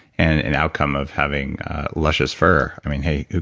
and an outcome of having luscious fur. i mean, hey.